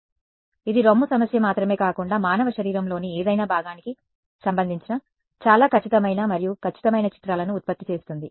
కాబట్టి ఇది రొమ్ము సమస్య మాత్రమే కాకుండా మానవ శరీరంలోని ఏదైనా భాగానికి సంబంధించిన చాలా ఖచ్చితమైన మరియు ఖచ్చితమైన చిత్రాలను ఉత్పత్తి చేస్తుంది